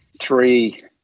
three